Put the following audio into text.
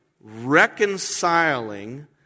reconciling